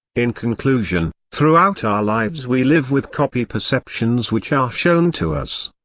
in conclusion, throughout our lives we live with copy-perceptions which are shown to us.